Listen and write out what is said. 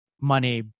money